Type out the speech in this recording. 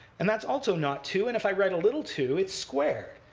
and that's also not two. and if i write a little two, it's squared.